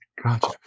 Gotcha